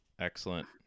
Excellent